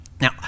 Now